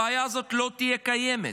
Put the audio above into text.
הבעיה הזאת לא תהיה קיימת.